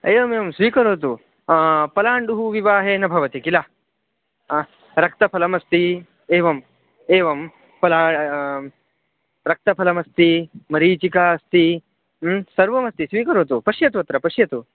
एवमेवं स्वीकरोतु पलाण्डुः विवाहे न भवति किल हा रक्तफलमस्ति एवम् एवं पला रक्तफलमस्ति मरीचिका अस्ति सर्वमस्ति स्वीकरोतु पश्यतु अत्र पश्यतु